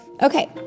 Okay